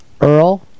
Earl